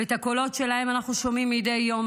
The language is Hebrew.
ואת הקולות שלהן אנחנו שומעים מדי יום.